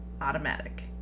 automatic